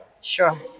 Sure